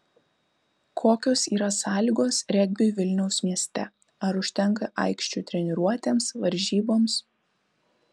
kokios yra sąlygos regbiui vilniaus mieste ar užtenka aikščių treniruotėms varžyboms